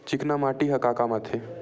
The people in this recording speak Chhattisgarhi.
चिकना माटी ह का काम आथे?